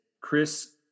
chris